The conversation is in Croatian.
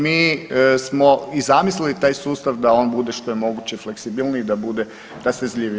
Mi smo i zamislili taj sustav da on bude što je moguće fleksibilniji i da bude rastezljiviji.